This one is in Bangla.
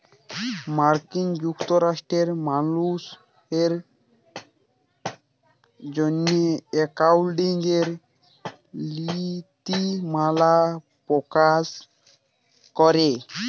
মার্কিল যুক্তরাষ্ট্রে মালুসের জ্যনহে একাউল্টিংয়ের লিতিমালা পকাশ ক্যরে